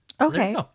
Okay